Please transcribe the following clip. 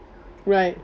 right